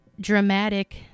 dramatic